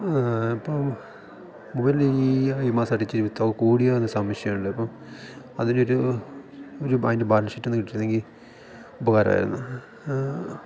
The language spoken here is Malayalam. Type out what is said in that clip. ഇപ്പം മൊബൈലിന് ഈ മാസമായിട്ട് ഇച്ചിരി ബിൽതുക കൂടിയോ എന്നൊരു സംശയം ഉണ്ട് അപ്പം അതിന് ഒരു ഒരു അതിൻ്റെ ബാലന്സ് ഷീറ്റൊന്ന് കിട്ടിയിരുന്നെങ്കിൽ ഉപകാരമായിരുന്നു